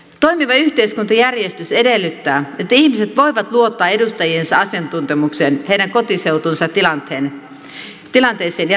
toimiva yhteiskuntajärjestys edellyttää että ihmiset voivat luottaa edustajiensa asiantuntemukseen heidän kotiseutunsa tilanteesta ja tapahtumista